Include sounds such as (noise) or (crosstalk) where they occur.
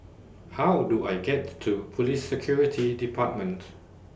How Do I get to Police (noise) Security Command